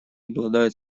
обладают